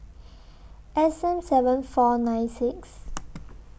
S M seven four nine six